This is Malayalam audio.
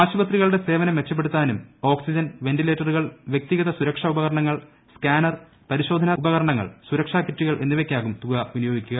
ആശുപത്രികളുടെ സേവനം മെച്ചപ്പെടുത്താനും ഓക്സിജൻ വെന്റിലേറ്ററുകൾ വൃക്തിഗത സുരക്ഷാ ്ഉപകരണങ്ങൾ സ്കാനർ പരിശോധനാ ഉപകരണങ്ങൾ സുരക്ഷാ കിറ്റുകൾ എന്നിവയ്ക്കായും തുക വിനിയോഗിക്കാം